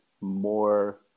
more